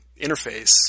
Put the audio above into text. interface